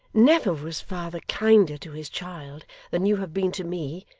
never was father kinder to his child than you have been to me,